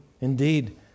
Indeed